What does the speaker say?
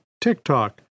TikTok